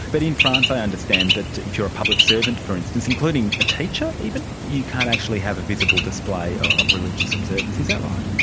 but in france i understand that if you're a public servant for instance, including a teacher even, you can't actually have a visible display of religious observance. is that right?